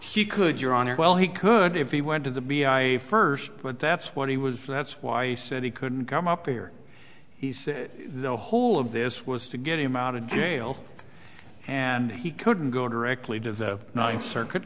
he could your honor well he could if he went to the b i first but that's what he was that's why i said he couldn't come up here he said the whole of this was to get him out of jail and he couldn't go directly to the ninth circuit